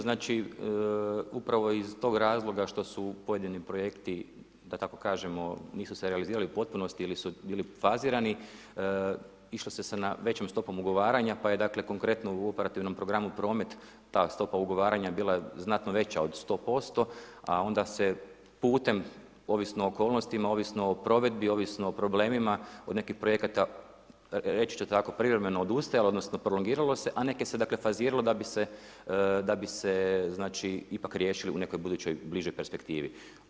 Znači, upravo iz tog razloga što su pojedini projekti, da tako kažemo, nisu se realizirali u potpunosti ili su bili fazirani, išlo se sa većom stopom ugovaranja, pa je dakle, konkretno u operativnom programu promet ta stopa ugovaranja bila znatno veća od 100%, a onda se putem ovisno o okolnostima, ovisno o provedbi, ovisno o problemima od nekih projekata, reći ću tako, privremeno odustalo, odnosno prolongiralo se, a neke se dakle, faziralo da bi se znači, ipak riješili u nekoj budućoj bližoj perspektivi.